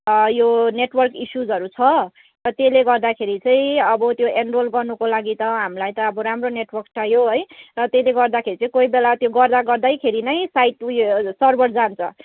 यो नेटवर्क इस्युजहरू छ र त्यसले गर्दाखेरि चाहिँ अब त्यो एनरोल गर्नुको लागि त हामीलाई त अब राम्रो नेटवर्क चाहियो है र त्यसले गर्दाखेरि चाहिँ कोही बेला त्यो गर्दा गर्दैखेरि नै साइट उयो सर्भर जान्छ